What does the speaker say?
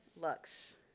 Lux